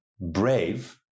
brave